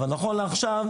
אבל נכון לעכשיו,